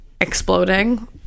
exploding